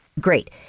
Great